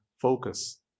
focus